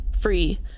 Free